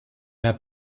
mehr